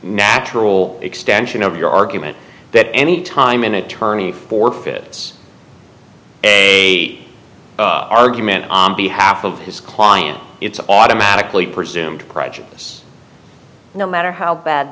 natural extension of your argument that any time an attorney forfeits a argument on behalf of his client it's automatically presumed prejudice no matter how bad